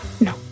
No